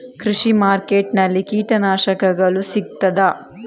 ಕೃಷಿಮಾರ್ಕೆಟ್ ನಲ್ಲಿ ಕೀಟನಾಶಕಗಳು ಸಿಗ್ತದಾ?